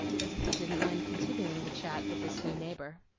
as if he didn't mind continuing the chat with this new neighbor.